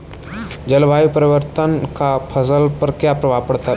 जलवायु परिवर्तन का फसल पर क्या प्रभाव पड़ेगा?